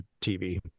TV